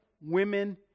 women